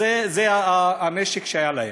זה הנשק שהיה להם,